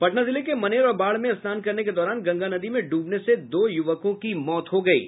पटना जिले के मनेर और बाढ़ में स्नान करने के दौरान गंगा नदी में ड्रबने से दो युवकों की मौत हो गयी